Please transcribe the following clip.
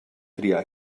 triar